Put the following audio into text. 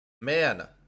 man